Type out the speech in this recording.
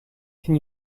can